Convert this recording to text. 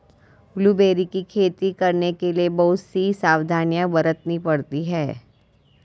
blueberry की खेती करने के लिए बहुत सी सावधानियां बरतनी पड़ती है